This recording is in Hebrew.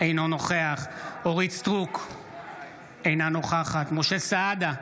אינו נוכח אורית מלכה סטרוק, אינה נוכחת משה סעדה,